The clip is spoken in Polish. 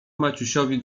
maciusiowi